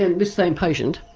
and this same patient,